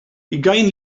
ugain